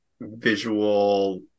visual